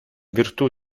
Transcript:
virtù